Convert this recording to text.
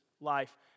life